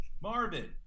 Marvin